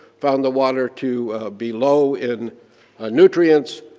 found the water to be low in nutrients,